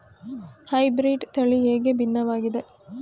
Hybrid ತಳಿ ಹೇಗೆ ಭಿನ್ನವಾಗಿದೆ?